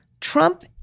Trump